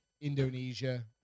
Indonesia